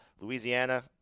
Louisiana